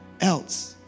else